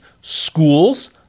schools